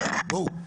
בואו.